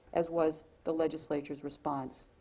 as was the legislature's response,